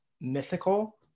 Mythical